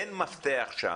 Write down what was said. אין מפתח שם.